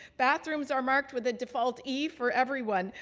bathrooms are marked with a default e for everyone,